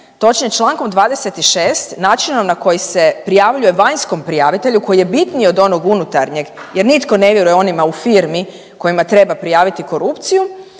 točnije čl. 26. načinu na koji se prijavljuje vanjskom prijavitelju koji je bitniji od onog unutarnjeg jer nitko ne vjeruje onima u firmi kojima treba prijaviti korupciju